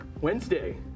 Wednesday